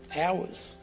Hours